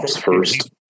First